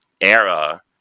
era